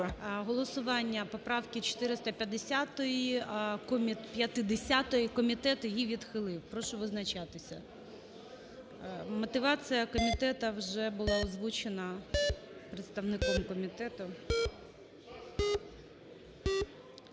Голосування поправки 450. комітет її відхилив. Прошу визначатися. Мотивація комітету вже була озвучена представником комітету.